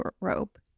rope